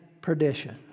perdition